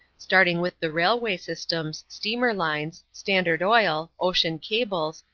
starting with the railway systems, steamer lines, standard oil, ocean cables,